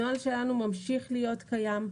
הנוהל שלנו ממשיך להיות קיים,